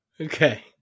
Okay